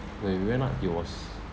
when we went up he was